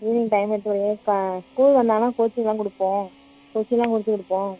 evening time எடுத்து school வந்தாங்கன்னா கோச்சிங்கெல்லாம் கொடுப்போம் கோச்சிங்கெல்லாம் எடுத்து கொடுப்போம்